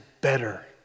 better